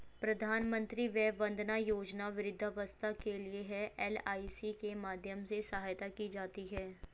प्रधानमंत्री वय वंदना योजना वृद्धावस्था के लिए है, एल.आई.सी के माध्यम से सहायता की जाती है